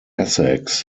essex